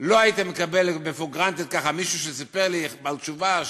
לא הייתי מקבל for granted ככה מישהו שסיפר לי על תשובה,